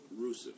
Rusev